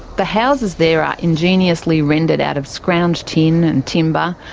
the houses there are ingeniously rendered out of scrounged tin and timber.